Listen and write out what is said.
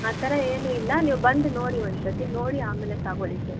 ಆ ಥರ ಏನೂ ಇಲ್ಲ ನೀವು ಬಂದು ನೋಡಿ ಒನ್ಸತಿ ನೋಡಿ ಆಮೇಲೆ ತಗೊಳ್ಳಿ ಸರ್